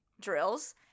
drills